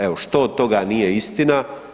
Evo, što od toga nije istina?